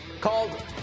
called